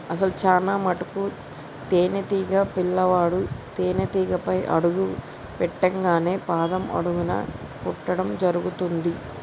అసలు చానా మటుకు తేనీటీగ పిల్లవాడు తేనేటీగపై అడుగు పెట్టింగానే పాదం అడుగున కుట్టడం జరుగుతుంది